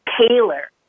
tailor